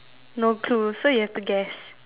no clues so you have to guess